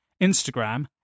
Instagram